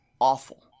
awful